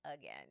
Again